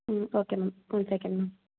ம் okay ma'am one second ma'am